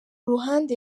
ruhande